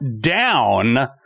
down